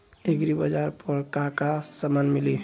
एग्रीबाजार पर का का समान मिली?